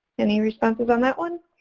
any responses on that one?